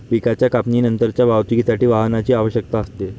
पिकाच्या कापणीनंतरच्या वाहतुकीसाठी वाहनाची आवश्यकता असते